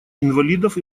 инвалидов